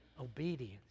obedience